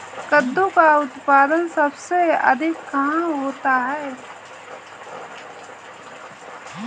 कद्दू का उत्पादन सबसे अधिक कहाँ होता है?